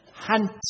hunt